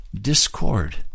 Discord